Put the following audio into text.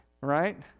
right